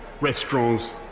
restaurants